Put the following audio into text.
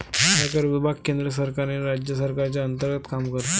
आयकर विभाग केंद्र सरकार आणि राज्य सरकारच्या अंतर्गत काम करतो